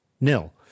nil